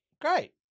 great